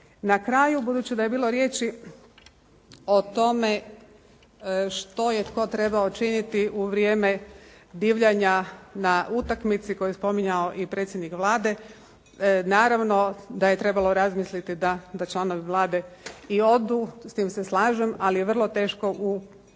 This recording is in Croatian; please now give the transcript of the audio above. Na kraju, budući da je bilo riječi o tome što je tko trebao učiniti u vrijeme divljanja na utakmici koju je spominjao i predsjednik Vlade. Naravno da je trebalo razmisliti da članovi Vlade i odu, s tim se slažem. Ali je vrlo teško u